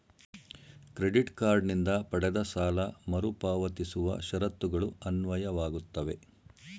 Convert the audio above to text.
credit card ನಿಂದ ಪಡೆದ ಸಾಲ ಮರುಪಾವತಿಸುವ ಷರತ್ತುಗಳು ಅನ್ವಯವಾಗುತ್ತವೆ